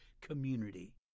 community